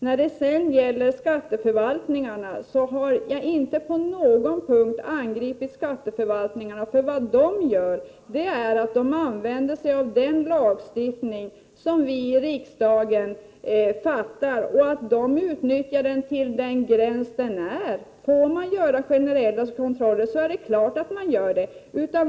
När det sedan gäller skatteförvaltningarna så har jag inte på någon punkt angripit skatteförvaltningarna för vad de gör. De använder sig av den lagstiftning som vi i riksdagen fattar beslut om och utnyttjar den till den gräns den drar upp. Får man göra generella kontroller, så är det klart att man gör det!